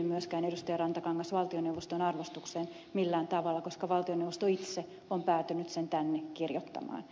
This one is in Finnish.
rantakangas valtioneuvoston arvostukseen millään tavalla koska valtioneuvosto itse on päätynyt sen tänne kirjoittamaan